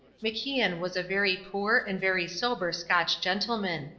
macian was a very poor and very sober scotch gentleman.